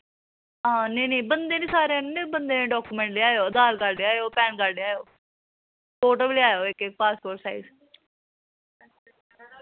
हां नेईं नेईं बंदे नी सारे आह्नने बंदे दे डाकूमैंट लेआयो अधार कार्ड लेआयो पैन कार्ड लेआयो फोटो बी लेआयो इक इक पासपोर्ट साइज